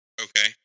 Okay